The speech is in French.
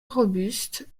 robuste